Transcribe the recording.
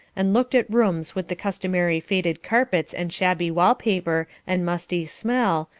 and looked at rooms with the customary faded carpets and shabby wall-paper and musty smell,